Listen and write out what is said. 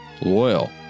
loyal